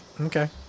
Okay